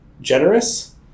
generous